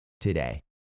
today